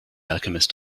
alchemist